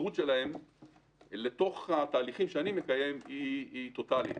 ההתמסרות שלהם לתהליכים שאני מקיים היא טוטלית.